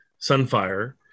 Sunfire